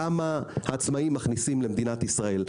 כמה עצמאים מכניסים למדינת ישראל.